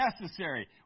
necessary